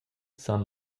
san